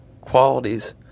qualities